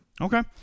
Okay